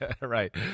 Right